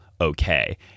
okay